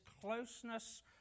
closeness